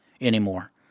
anymore